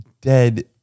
dead